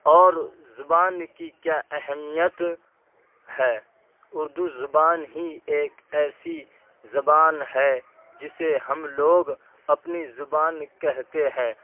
اور زبان کی کیا اہمیت ہے اردو زبان ہی ایک ایسی زبان ہے جسے ہم لوگ اپنی زبان کہتے ہیں